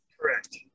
Correct